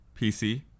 PC